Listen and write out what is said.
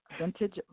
vintage